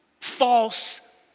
false